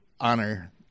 honor